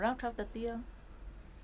ya around twelve thirty lor